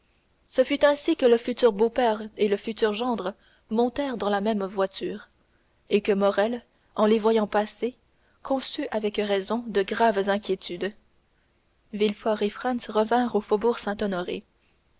ce fut ainsi que le futur beau-père et le futur gendre montèrent dans la même voiture et que morrel en les voyant passer conçut avec raison de graves inquiétudes villefort et franz revinrent au faubourg